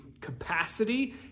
capacity